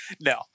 no